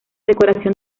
decoración